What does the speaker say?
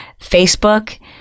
Facebook